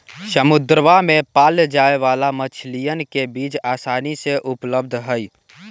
समुद्रवा में पाल्ल जाये वाला मछलीयन के बीज आसानी से उपलब्ध हई